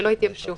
שלא יתייבשו.